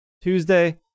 Tuesday